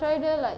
try jer like